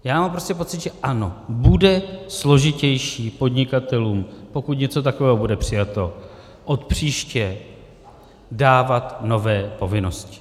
Já mám prostě pocit, že ano, bude složitější podnikatelům, pokud něco takového bude přijato, od příště dávat nové povinnosti.